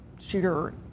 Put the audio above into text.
shooter